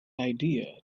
idea